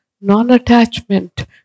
non-attachment